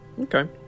Okay